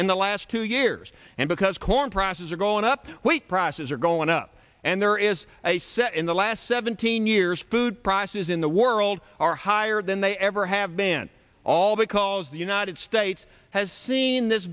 in the last two years and because corn prices are going up wheat prices are going up and there is a set in the last seventeen years food prices in the world are higher than they ever have been all because the united states has seen this